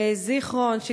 בזיכרון,